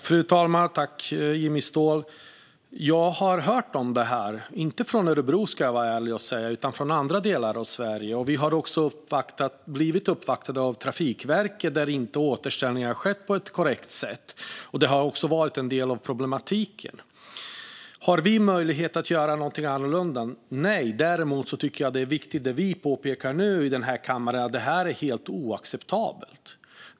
Fru talman! Jag har hört om detta, inte från Örebro men från andra delar av Sverige. Vi har också blivit uppvaktade av Trafikverket när återställning inte har skett på korrekt sätt. Det har också varit en del av problematiken. Har vi möjlighet att göra något annorlunda? Nej. Det är dock viktigt att vi påpekar att detta är helt oacceptabelt.